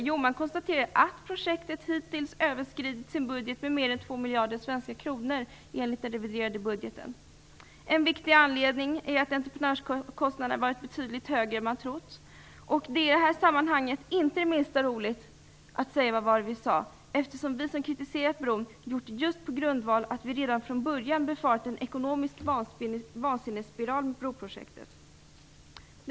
Jo, man konstaterar att projektet hittills överskridit sin budget med mer än 2 miljarder svenska kronor enligt den reviderade budgeten. En viktig anledning är att entreprenörskostnaderna varit betydligt högre än man trott. I det här sammanhanget är det inte det minsta roligt att säga: Vad var det vi sade? Vi som har kritiserat bron har gjort det just därför att vi redan från början befarade en ekonomisk vansinnesspiral med broprojektet.